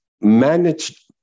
managed